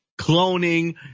cloning